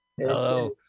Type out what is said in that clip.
Hello